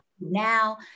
now